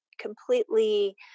completely